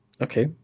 okay